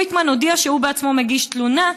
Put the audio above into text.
ריטמן הודיע שהוא בעצמו מגיש תלונה.